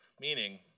Meaning